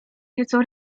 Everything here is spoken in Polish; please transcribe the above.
nieco